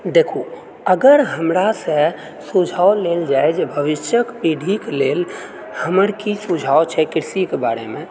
देखु अगर हमरासँ सुझाव लेल जाए जे भविष्यक पीढ़ीके लेल हमर की सुझाव छै कृषिके बारेमे